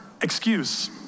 excuse